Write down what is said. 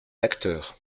acteur